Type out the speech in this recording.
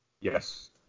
Yes